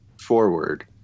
forward